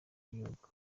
y’igihugu